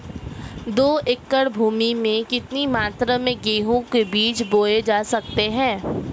दो एकड़ भूमि में कितनी मात्रा में गेहूँ के बीज बोये जा सकते हैं?